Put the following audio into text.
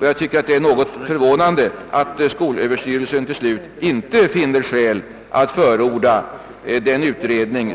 Jag anser det något förvånande att skolöverstyrelsen till slut inte finner skäl att förorda den utredning